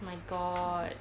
my god